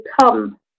come